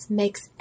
makes